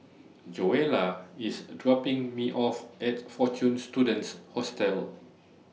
Joella IS dropping Me off At Fortune Students Hostel